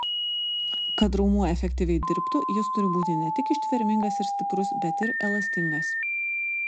kad raumuo efektyviai dirbtų jis turi būti ne tik ištvermingas ir stiprus bet ir elastingas